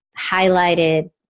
highlighted